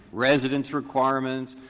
residence requirements,